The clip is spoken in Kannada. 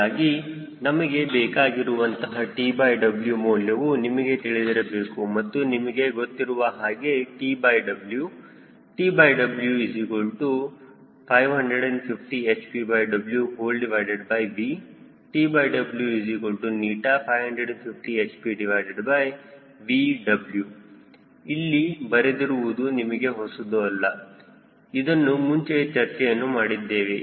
ಹೀಗಾಗಿ ನಮಗೆ ಬೇಕಾಗಿರುವಂತಹ TW ಮೌಲ್ಯವು ನಿಮಗೆ ತಿಳಿದಿರಬೇಕು ಮತ್ತು ನಿಮಗೆ ಗೊತ್ತಿರುವ ಹಾಗೆ TW TW550hpWV TW550hpVW ಇಲ್ಲಿ ಬರೆದಿರುವುದು ನಿಮಗೆ ಹೊಸದು ಅಲ್ಲ ಇದನ್ನು ಮುಂಚೆ ಚರ್ಚೆಯನ್ನು ಮಾಡಿದ್ದೇವೆ